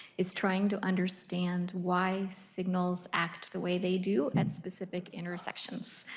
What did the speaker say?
is trying to understand why signals act the way they do at specific intersections.